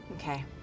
Okay